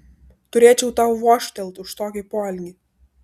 turėčiau tau vožtelt už tokį poelgį